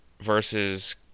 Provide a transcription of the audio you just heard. versus